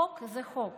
חוק זה חוק,